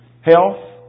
health